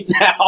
now